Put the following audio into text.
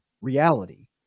reality